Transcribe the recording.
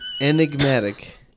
Enigmatic